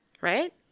right